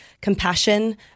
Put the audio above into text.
compassion